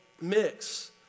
mix